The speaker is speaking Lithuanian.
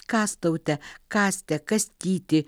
kastautę kastę kastytį